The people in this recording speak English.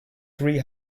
three